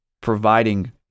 providing